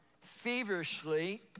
feverishly